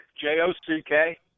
j-o-c-k